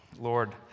Lord